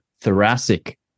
thoracic